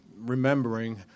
remembering